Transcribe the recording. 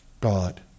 God